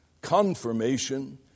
confirmation